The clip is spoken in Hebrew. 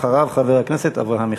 אחריו, חבר הכנסת אברהם מיכאלי.